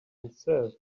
himself